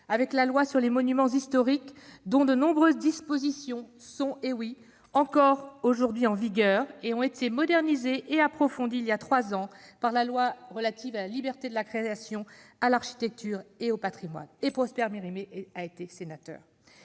avec la loi sur les monuments historiques, dont de nombreuses dispositions sont encore aujourd'hui en vigueur et ont été modernisées et approfondies, il y a trois ans, dans le cadre de la loi relative à la liberté de la création, à l'architecture et au patrimoine. Je rappelle que Prosper Mérimée a été sénateur